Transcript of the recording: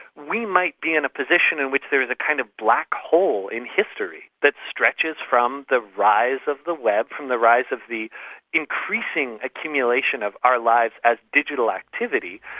we might be in a position in which there is a kind of black hole in history that stretches from the rise of the web, from the rise of the increasing accumulation of our lives as digital activity,